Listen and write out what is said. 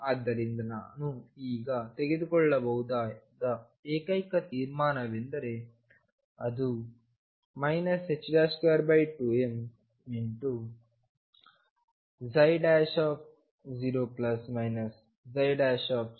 ಆದ್ದರಿಂದ ನಾನು ಈಗ ತೆಗೆದುಕೊಳ್ಳಬಹುದಾದ ಏಕೈಕ ತೀರ್ಮಾನವೆಂದರೆ ಅದು 22m0 0 V0ψ